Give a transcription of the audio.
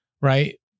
right